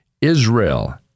Israel